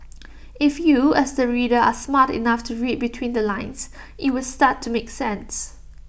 if you as the reader are smart enough to read between the lines IT would start to make sense